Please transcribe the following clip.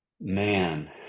man